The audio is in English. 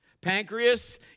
Pancreas